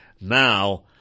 Now